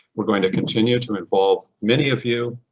we're going to continue to involve many of you.